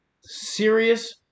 serious